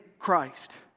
Christ